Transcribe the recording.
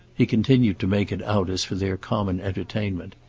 he continued to make it out as for their common entertainment.